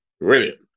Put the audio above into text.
brilliant